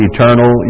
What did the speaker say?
Eternal